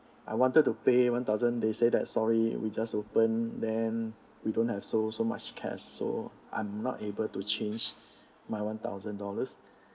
I wanted to pay one thousand they say that sorry we just open then we don't have so so much cash so I'm not able to change my one thousand dollars